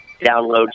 download